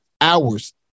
hours